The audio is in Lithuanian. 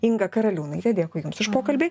inga karaliūnaite dėkui jums už pokalbį